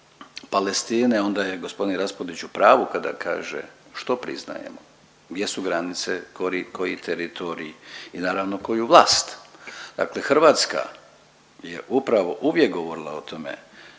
Palestine onda je g. Raspudić u pravu kada kaže što priznajemo, gdje su granice, koji teritorij i naravno koju vlast, dakle Hrvatska je upravo uvijek govorila o tome